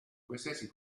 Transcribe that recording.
qualsiasi